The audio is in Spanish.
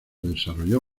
desarrolló